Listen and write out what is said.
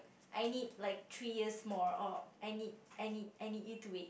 I need like three years more or I need I need I need you to wait